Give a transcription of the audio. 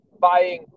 buying